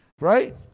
Right